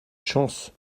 chance